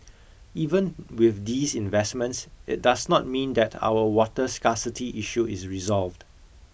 even with these investments it does not mean that our water scarcity issue is resolved